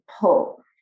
pull